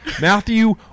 Matthew